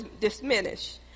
diminish